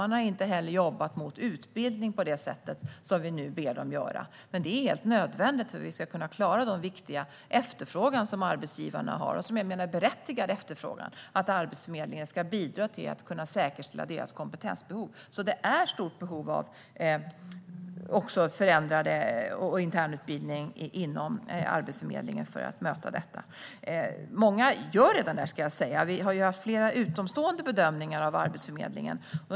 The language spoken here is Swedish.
Man har inte heller jobbat mot utbildning på det sätt som vi nu ber dem att göra. Det är helt nödvändigt för att vi ska kunna klara den viktiga efterfrågan från arbetsgivarna. Jag menar att den är berättigad, och den handlar om att Arbetsförmedlingen ska bidra till att säkerställa deras kompetensbehov. Det finns alltså ett stort behov av internutbildning inom Arbetsförmedlingen för att möta detta. Många gör redan det här, ska jag säga. Vi har haft flera utomstående bedömningar av Arbetsförmedlingen.